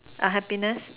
unhappiness